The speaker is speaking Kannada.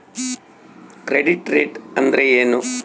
ಕ್ರೆಡಿಟ್ ರೇಟ್ ಅಂದರೆ ಏನು?